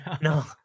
No